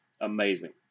amazing